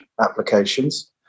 applications